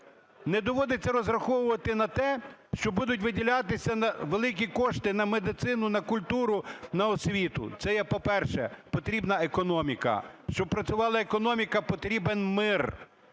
не доводиться розраховувати на те, що будуть виділятися великі кошти на медицину, на культуру, на освіту. Це є, по-перше, потрібна економіка. Щоб працювала економіка, потрібен мир.